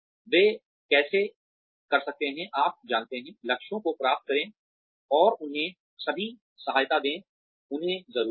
वे कैसे कर सकते हैं आप जानते हैं लक्ष्यों को प्राप्त करें और उन्हें सभी सहायता दें उन्हें जरूरत है